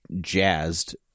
jazzed